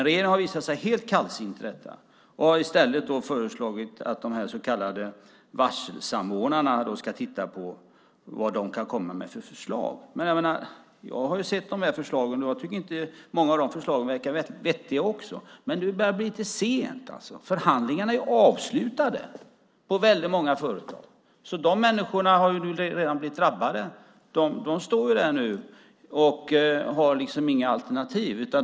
Regeringen har visat sig helt kallsinnig till detta och i stället föreslagit att de så kallade varselsamordnarna ska komma med förslag. Jag har sett de här förslagen, och jag tycker att många av de förslagen verkar vettiga också, men det börjar bli lite sent. Förhandlingarna är avslutade på väldigt många företag. De människorna är redan drabbade. De står där och har inget alternativ.